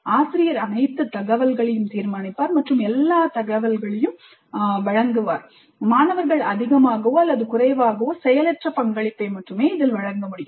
ஆசிரியர் அனைத்து தகவல்களையும் தீர்மானிப்பார் மற்றும் எல்லா தகவல்களையும் வழங்குகிறார் மாணவர்கள் அதிகமாகவோ அல்லது குறைவாகவோ செயலற்ற பங்களிப்பை அளிக்க முடியும்